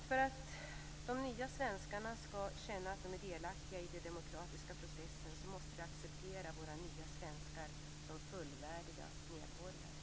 För att våra nya svenskar skall känna att de är delaktiga i den demokratiska processen måste vi acceptera dem som fullvärdiga medborgare.